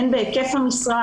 הן בהיקף המשרה,